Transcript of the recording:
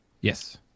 Yes